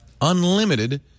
Unlimited